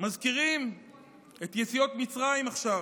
מזכירים את יציאות מצרים עכשיו,